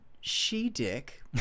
She-Dick